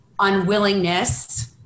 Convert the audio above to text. unwillingness